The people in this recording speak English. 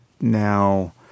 now